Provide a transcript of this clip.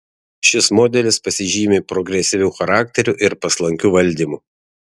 šis modelis pasižymi progresyviu charakteriu ir paslankiu valdymu